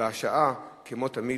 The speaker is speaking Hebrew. והשעה, כמו תמיד,